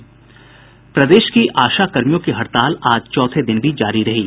प्रदेश की आशाकर्मियों की हड़ताल आज चौथे दिन भी जारी है